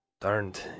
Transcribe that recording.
turned